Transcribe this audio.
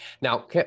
Now